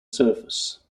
surface